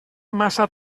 massa